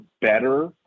better